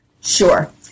Sure